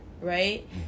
right